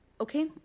Okay